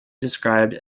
described